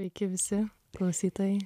sveiki visi klausytojai